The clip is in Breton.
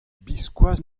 biskoazh